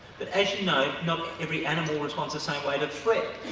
but as you know, not every animal responds same way to threat.